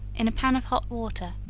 in a pan of hot water.